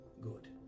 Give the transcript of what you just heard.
Good